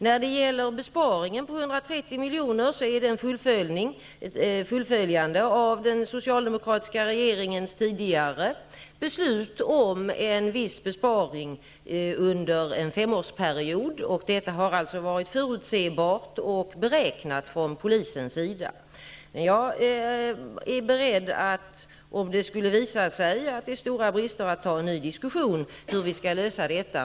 När det gäller besparingen på 130 milj.kr., är det ett fullföljande av den socialdemokratiska regeringens tidigare beslut om en viss besparing under en femårsperiod. Detta har alltså varit förutsebart och beräknat från polisens sida. Om det skulle visa sig att det finns stora brister är jag beredd att ta en ny diskussion om hur vi skall lösa detta.